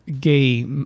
gay